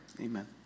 Amen